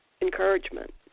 encouragement